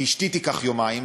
ואשתי תיקח יומיים,